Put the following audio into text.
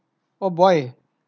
oh boy